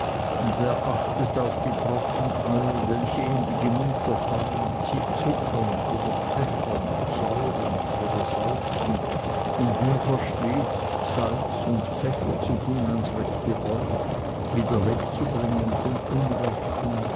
und wer achtet auf die tropfen alle welche in die gemüter fallen sie zuckern oder pfeffern säuren oder salzen und wer verstehts salz und pfeffer zu tun ans rechte ort wieder wegzubringen vom unrechten